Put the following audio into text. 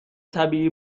طبیعی